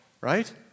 right